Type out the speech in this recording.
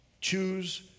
Choose